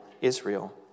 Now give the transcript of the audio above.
Israel